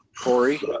Corey